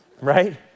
right